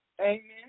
Amen